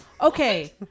Okay